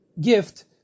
gift